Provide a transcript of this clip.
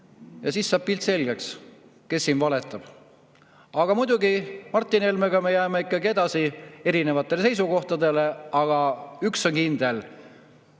Siis saab pilt selgeks, kes siin valetab. Muidugi, Martin Helmega me jääme ikkagi edasi erinevatele seisukohtadele. Aga üks on kindel: